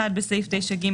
בסעיף 9(ג),